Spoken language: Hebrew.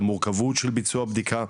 המורכבות של ביצוע בדיקה,